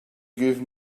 give